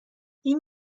این